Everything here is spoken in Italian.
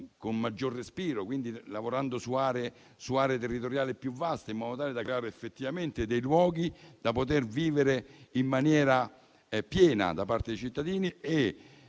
con maggior respiro, lavorando su aree territoriali più vaste, in modo da creare effettivamente dei luoghi da poter vivere in maniera piena da parte dei cittadini,